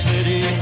City